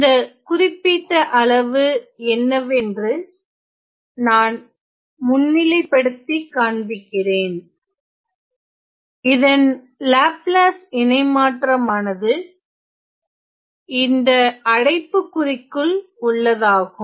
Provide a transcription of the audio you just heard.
இந்த குறிப்பிட்ட அளவு என்னவென்று நான் முன்னிலைப்படுத்தி காண்பிக்கிறேன் இதன் லாப்லாஸ் இனமற்றமானது இந்த அடைப்புக்குறிக்குள் உள்ளதாகும்